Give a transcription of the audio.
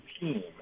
team